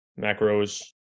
macros